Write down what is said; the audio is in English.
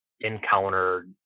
encountered